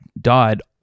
died